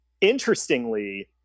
Interestingly